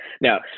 No